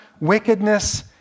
wickedness